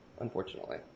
unfortunately